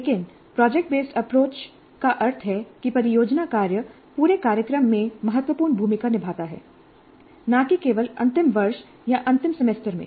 लेकिन project based approach का अर्थ है कि परियोजना कार्य पूरे कार्यक्रम में महत्वपूर्ण भूमिका निभाता है न कि केवल अंतिम वर्ष या अंतिम सेमेस्टर में